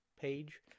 page